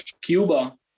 Cuba